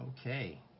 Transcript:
Okay